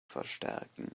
verstärken